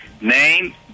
Name